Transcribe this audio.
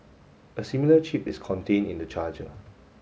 a similar chip is contained in the charger